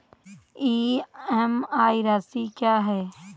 EMI राशि क्या है?